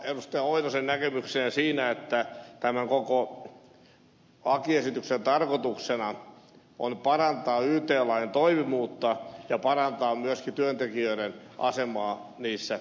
lauri oinosen näkemykseen siinä että tämän koko lakiesityksen tarkoituksena on parantaa yt lain toimivuutta ja parantaa myöskin työntekijöiden asemaa niissä neuvottelutilanteissa